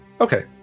Okay